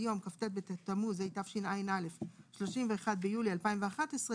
יום כ"ט בתמוז התשע"א (31ביולי 2011)",